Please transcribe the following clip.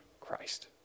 Christ